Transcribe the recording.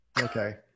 Okay